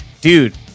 Dude